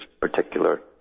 particular